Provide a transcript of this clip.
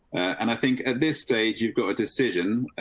and i think at this stage you've got a decision.